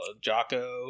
Jocko